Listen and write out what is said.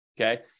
okay